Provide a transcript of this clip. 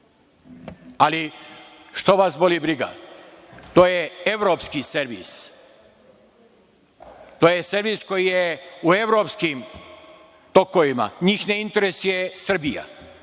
Ali, što vas boli briga, to je evropski servis. To je servis koji je u evropskim tokovima. Njih ne interesuje Srbija.